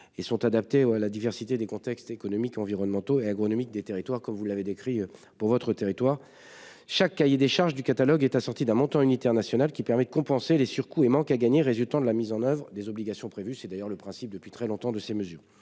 mesures, adaptées à la diversité des contextes économiques, environnementaux et agronomiques des territoires- vous avez décrit les spécificités du vôtre, monsieur le sénateur. Chaque cahier des charges du catalogue est assorti d'un montant unitaire national, qui permet de compenser les surcoûts et le manque à gagner résultant de la mise en oeuvre des obligations prévues- c'est d'ailleurs le principe qui sous-tend ces mesures